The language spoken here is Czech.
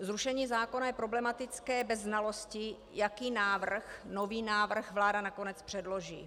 Zrušení zákona je problematické bez znalosti, jaký nový návrh vláda nakonec předloží.